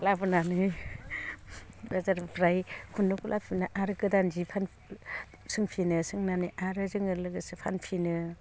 लाबोनानै बाजारनिफ्राय खुन्दुंखौ लाबोनानै आरो गोदान जि सोंफिनो सोंनानै आरो जों लोगोसे फानफिनो